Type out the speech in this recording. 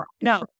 no